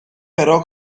però